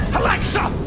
alexa,